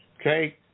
Okay